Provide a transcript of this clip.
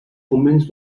convents